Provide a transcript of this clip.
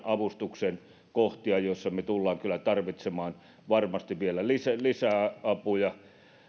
avustuksen kohtia joissa me tulemme kyllä varmasti tarvitsemaan vielä lisää lisää apuja